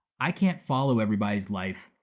i can't follow everybody's life.